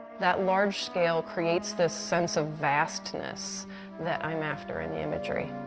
that large scale creates this sense of vastness that i'm after in the imagery.